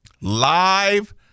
live